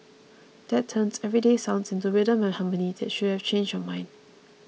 that turns everyday sounds into rhythm and harmony should have changed your mind